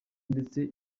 ndetse